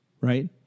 Right